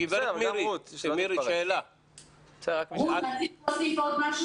גברת מירי שאלה ------ להוסיף עוד משהו